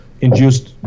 induced